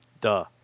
Duh